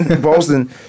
Boston